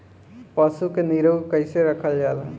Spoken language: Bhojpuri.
पशु के निरोग कईसे रखल जाला?